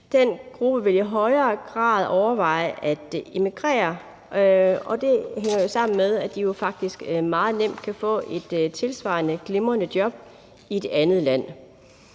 Den gruppe vil i højere grad overveje at emigrere, og det hænger jo sammen med, at de faktisk meget nemt kan få et tilsvarende glimrende job i et andet land.